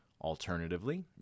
Alternatively